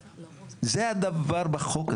אורי פנסירר) ההתנהלות של חבר הכנסת